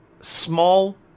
small